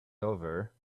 over